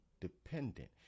dependent